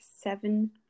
seven